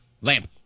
Lamp